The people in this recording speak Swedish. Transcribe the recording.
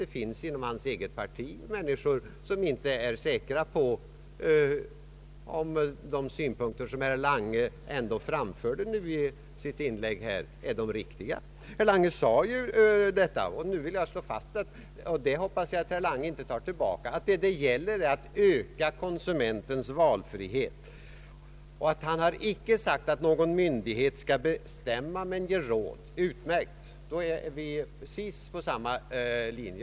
Det finns inom hans eget parti människor som inte är säkra på om de synpunkter som herr Lange ändå framförde i sitt inlägg här är de riktiga. Herr Lange sade ju så. Nu vill jag slå fast — det hoppas jag att herr Lange inte tar tillbaka — att det gäller att öka konsumentens valfrihet. Herr Lange har inte sagt att några myndigheter skall bestämma utan endast att de skall ge råd. Utmärkt! Då är vi precis på samma linje.